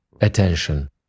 attention